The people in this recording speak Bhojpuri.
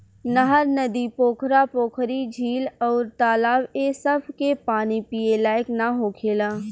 नहर, नदी, पोखरा, पोखरी, झील अउर तालाब ए सभ के पानी पिए लायक ना होखेला